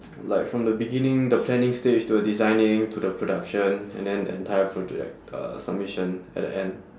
like from the beginning the planning stage to the designing to the production and then the entire project uh submission at the end